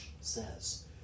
says